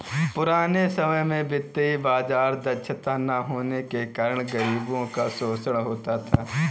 पुराने समय में वित्तीय बाजार दक्षता न होने के कारण गरीबों का शोषण होता था